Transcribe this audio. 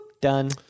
Done